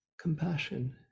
compassion